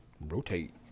Rotate